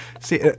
See